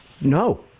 No